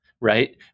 right